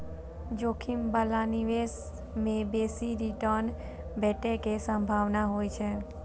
जोखिम बला निवेश मे बेसी रिटर्न भेटै के संभावना होइ छै